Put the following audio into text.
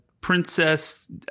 Princess